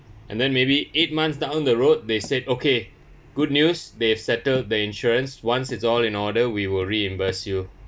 and then maybe eight months down the road they said okay good news they've settled the insurance once it's all in order we will reimburse you